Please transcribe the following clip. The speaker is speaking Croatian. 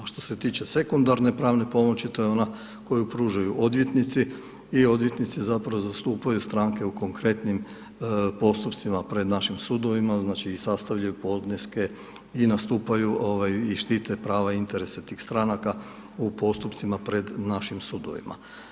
A što se tiče sekundarne pravne pomoći, to je ona koju pružaju odvjetnici i odvjetnici zapravo zastupaju stranke u konkretnim postupcima pred našim sudovima, znači i sastavljaju podneske i nastupaju i štite prava i interese tih stranaka u postupcima pred našim sudovima.